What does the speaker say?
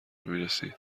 میرسید